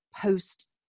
post